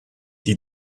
die